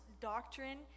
doctrine